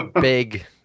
big